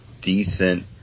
decent